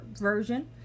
version